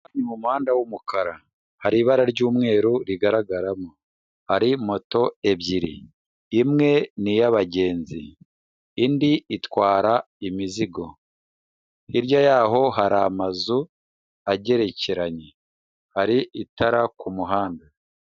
Ni mu muhanda w'umukara hari ibara ry'umweru rigaragaramo, hari moto ebyiri, imwe ni iy'abagenzi, indi itwara imizigo, hirya y'aho hari amazu agerekeranye, hari itara ku muhanda.